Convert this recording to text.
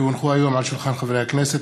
כי הונחו היום על שולחן הכנסת,